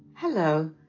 Hello